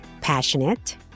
Passionate